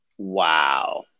wow